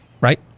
Right